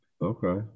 okay